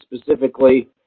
specifically